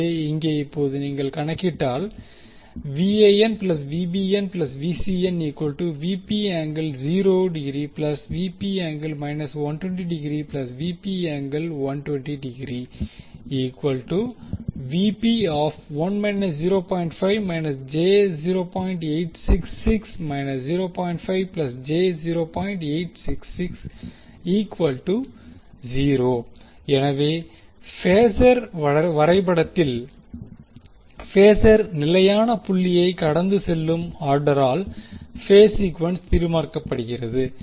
எனவே இங்கே இப்போது நீங்கள் கணக்கிட்டால் எனவே பேசர் வரைபடத்தில் பேசர் நிலையான புள்ளியைக் கடந்து செல்லும் ஆர்டரால் பேஸ் சீக்குவென்ஸ் தீர்மானிக்கப்படுகிறது